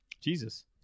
Jesus